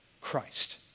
Christ